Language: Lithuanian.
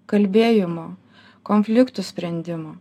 kalbėjimo konfliktų sprendimo